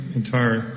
entire